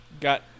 Got